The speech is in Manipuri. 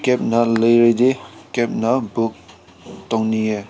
ꯀꯦꯞꯅ ꯂꯩꯔꯗꯤ ꯀꯦꯕꯅ ꯕꯨꯛ ꯇꯧꯅꯤꯌꯦ